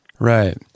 Right